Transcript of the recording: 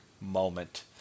moment